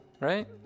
right